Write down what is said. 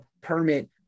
permit